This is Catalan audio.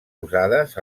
usades